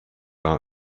are